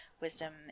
wisdom